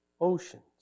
oceans